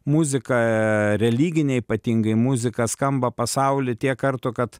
muzika religinė ypatingai muzika skamba pasauly tiek kartų kad